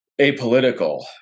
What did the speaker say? apolitical